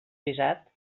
visat